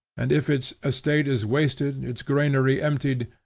and if its estate is wasted, its granary emptied,